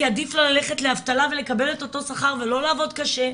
כי עדיף לו ללכת לאבטלה ולקבל את אותו שכר ולא לעבוד קשה,